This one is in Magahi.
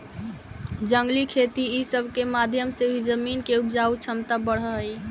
जंगली खेती ई सब के माध्यम से भी जमीन के उपजाऊ छमता बढ़ हई